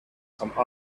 some